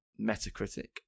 Metacritic